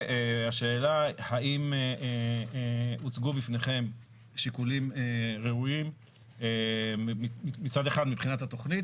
השאלה האם הוצגו בפניכם שיקולים ראויים מצד אחד מבחינת התכנית,